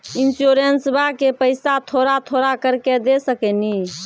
इंश्योरेंसबा के पैसा थोड़ा थोड़ा करके दे सकेनी?